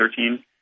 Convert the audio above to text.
2013